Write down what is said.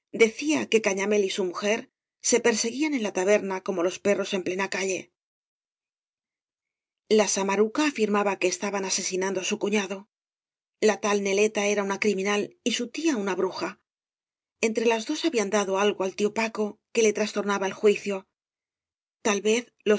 decía que gañamél y bu mujer se perseguían en la taberna como los perros en plena calle la samaruca afirmaba que estaban asesinando á su cuñado la tal neleta era una criminal y su tia una bruja entre las dos habían dado algo al tío paco que le trastornaba el juicio tal vez los